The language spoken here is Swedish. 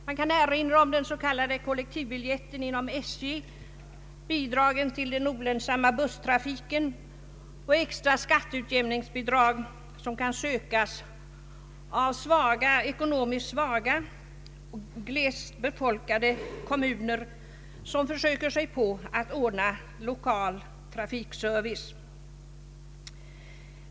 Man kan erinra om den s.k. kollektivbiljetten inom SJ, bidragen till den olönsamma busstrafiken och de extra skatteutjämningsbidrag som kan sökas av ekonomiskt svaga, glest befolkade kommuner, som försöker ordna lokal trafikservice.